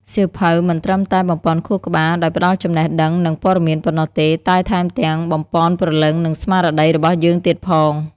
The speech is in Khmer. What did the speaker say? សៀវភៅមិនត្រឹមតែ បំប៉នខួរក្បាល ដោយផ្តល់ចំណេះដឹង និងព័ត៌មានប៉ុណ្ណោះទេ តែថែមទាំង បំប៉នព្រលឹង និងស្មារតី របស់យើងទៀតផង។